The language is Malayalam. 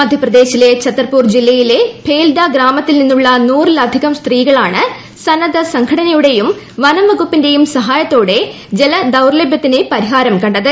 മധ്യപ്രദേശിലെ ഛത്തർപൂർ ജില്ലയിലെ ഭേൽഡ ഗ്രാമത്തിൽ നിന്നുള്ള നൂറിലധികം സ്ത്രീകളാണ് സന്നദ്ധ സംഘടനയുള്ട്ടിയും വനം വകുപ്പിന്റെയും സഹായത്തോടെ ജീല്ദാ്ർലഭ്യത്തിനു പരിഹാരം കണ്ടത്